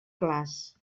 clars